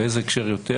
באיזה הקשר יותר?